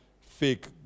fake